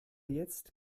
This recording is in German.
jetzt